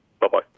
Bye-bye